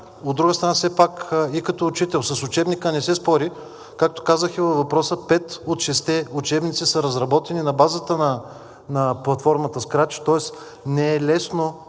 От друга страна, все пак и като учител – с учебника не се спори, както казах и във въпроса, пет от шестте учебника са разработени на базата на платформата Scratch, тоест не е лесно